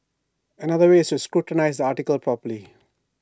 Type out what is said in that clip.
another way is to scrutinise the article properly